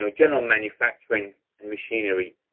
so general manufacturing and machinery.